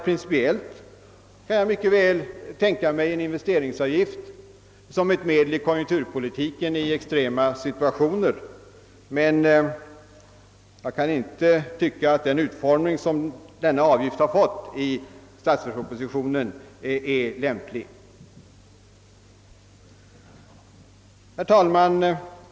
Principiellt kan jag mycket väl tänka mig en investeringsavgift som ett medel i konjunkturpolitiken i extrema situationer, men jag tycker inte att en avgift i den utformning den fått i statsverkspropositionen är lämplig. Herr talman!